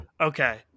Okay